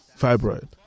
fibroid